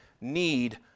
need